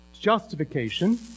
justification